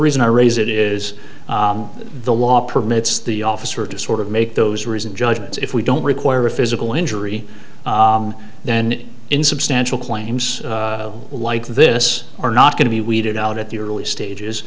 reason i raise it is the law permits the officer to sort of make those reasons judgments if we don't require a physical injury then insubstantial claims like this are not going to be weeded out at the early stages